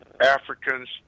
Africans